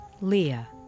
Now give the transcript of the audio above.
Leah